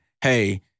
hey